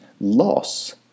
loss